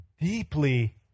deeply